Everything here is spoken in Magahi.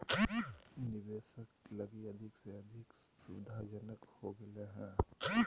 निवेशक लगी अधिक से अधिक सुविधाजनक हो गेल हइ